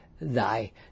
thy